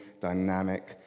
dynamic